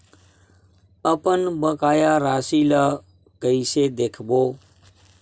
अपन बकाया राशि ला कइसे देखबो?